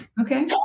Okay